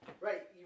right